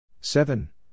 seven